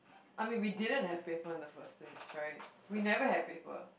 I mean we didn't have paper in the first place right we never had paper